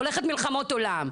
הולכת מלחמות עולם.